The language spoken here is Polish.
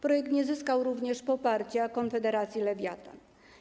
Projekt nie zyskał również poparcia Konfederacji Lewiatan.